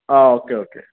ആ okay okay